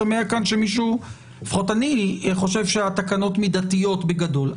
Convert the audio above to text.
לפחות אני חושב שהתקנות מידתיות בגדול,